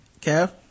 Kev